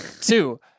Two